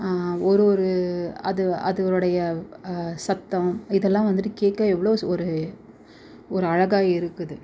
ஒரு ஒரு அது அதுகளுடைய சத்தம் இதெல்லாம் வந்துட்டு கேட்க எவ்வளோ ஒரு ஒரு அழகாக இருக்குது